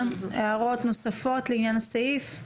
הערות נוספות לעניין הסעיף?